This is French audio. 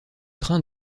trains